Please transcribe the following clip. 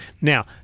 Now